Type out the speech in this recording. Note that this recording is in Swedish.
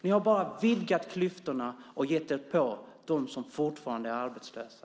Ni har bara vidgat klyftorna och gett er på dem som fortfarande är arbetslösa.